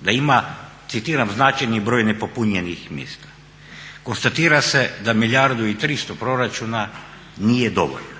da ima citiram značajni broj nepopunjenih mjesta. Konstatira se da milijardu i 300 proračuna nije dovoljno.